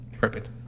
perfect